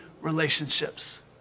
relationships